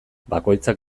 bakoitzak